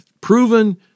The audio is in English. proven